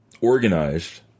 organized